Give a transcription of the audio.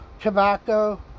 tobacco